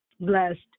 Blessed